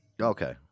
Okay